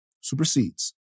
supersedes